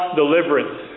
deliverance